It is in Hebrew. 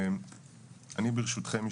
ברשותכם,